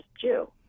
Jew